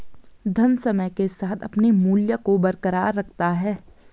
धन समय के साथ अपने मूल्य को बरकरार रखता है